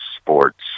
sports